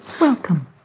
Welcome